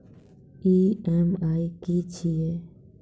EMI की छिये?